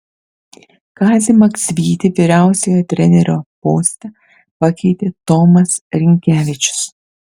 kazį maksvytį vyriausiojo trenerio poste pakeitė tomas rinkevičius